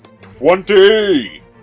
Twenty